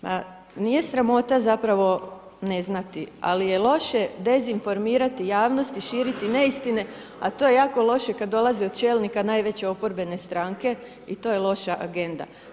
Ma nije sramota zapravo ne znati, ali je loše dezinformirati javnost i širiti neistine, a to je jako loše kad dolazi od čelnika najveće oporbene stranke i to je loša agenda.